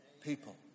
people